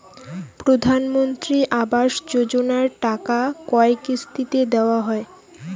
প্রধানমন্ত্রী আবাস যোজনার টাকা কয় কিস্তিতে দেওয়া হয়?